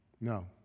No